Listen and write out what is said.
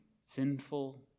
sinful